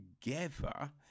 together